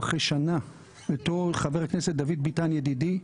חבר הכנסת דוד ביטן ידידי,